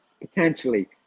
potentially